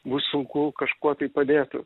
bus sunku kažkuo tai padėti